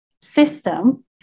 system